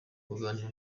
kuganira